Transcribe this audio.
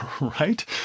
right